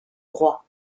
droit